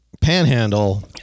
panhandle